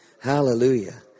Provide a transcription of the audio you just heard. Hallelujah